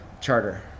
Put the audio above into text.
charter